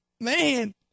Man